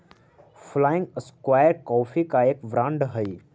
flying square coffee का एक brand हई